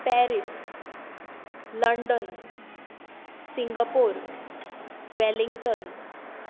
Paris London Singapore Wellington